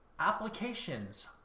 applications